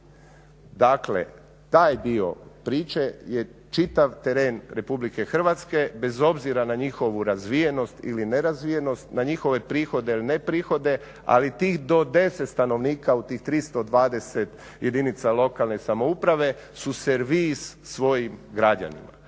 Dakle taj dio priče je čitav teren RH bez obzira na njihovu razvijenost ili ne razvijenost, na njihove prihode ili ne prihode ali tih do 10 stanovnika u tih 320 jedinica lokalne samouprave su servis svojim građanima.